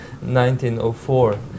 1904